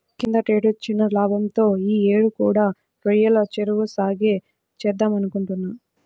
కిందటేడొచ్చిన లాభంతో యీ యేడు కూడా రొయ్యల చెరువు సాగే చేద్దామనుకుంటున్నా